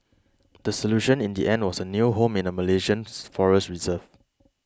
the solution in the end was a new home in a Malaysian forest reserve